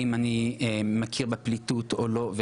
אם אני מכיר בפליטות או לא,